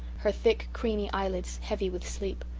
her thick creamy eyelids heavy with sleep.